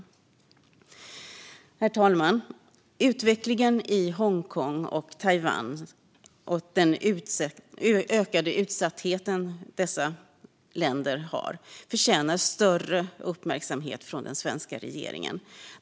Herr talman! Utvecklingen i Hongkong och Taiwan och dessa länders ökade utsatthet förtjänar större uppmärksamhet från den svenska regeringen.